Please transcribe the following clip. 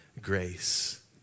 grace